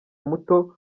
muto